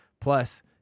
Plus